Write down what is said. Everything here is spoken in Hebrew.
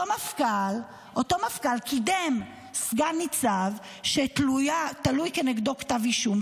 אותו מפכ"ל קידם סגן ניצב שתלוי כנגדו כתב אישום,